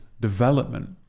development